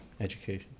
education